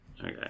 Okay